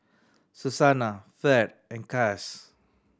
Susannah Fed and Cass